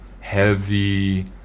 heavy